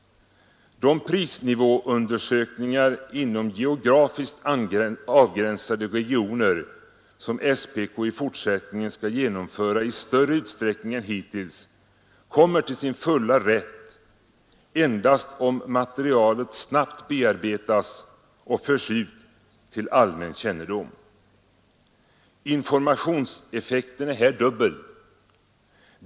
De prisnivåundersökningar inom geografiskt avgränsade regioner som SPK i fortsättningen skall genomföra i större utsträckning än hittills kommer till sin fulla rätt endast om materialet snabbt bearbetas och förs ut till allmän kännedom. Informationseffekten är här dubbel.